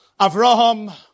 Avraham